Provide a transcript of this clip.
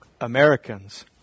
Americans